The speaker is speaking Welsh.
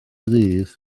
ddydd